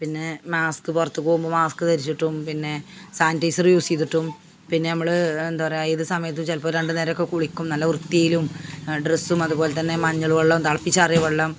പിന്നെ മാസ്ക്ക് പുറത്തു പോകുമ്പോൾ മാസ്ക്ക് ധരിച്ചിട്ടും പിന്നെ സാനിറ്റൈസർ യൂസ് ചെയ്തിട്ടും പിന്നെ നമ്മൾ എന്താ പറയുക ഏതു സമയത്ത് ചിലപ്പം രണ്ടു നേരമൊക്കെ കുളിക്കും നല്ല വൃത്തിയിലും ഡ്രസ്സും അതു പോലെ മഞ്ഞൾ വെള്ളവും തിളപ്പിച്ചാറിയ വെള്ളം